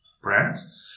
brands